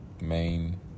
main